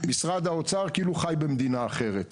משרד האוצר כאילו שהוא חי במדינה אחרת,